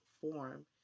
form